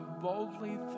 boldly